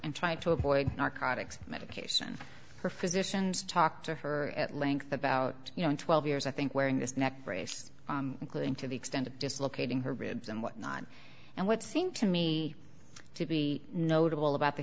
and try to avoid narcotics medication her physicians talk to her at length about twelve years i think wearing this neck brace including to the extent of dislocating her ribs and whatnot and what seem to me to be notable about the